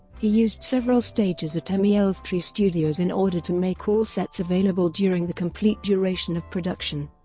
he used several stages at emi elstree studios in order to make all sets available during the complete duration of production.